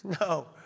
no